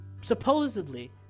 supposedly